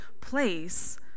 place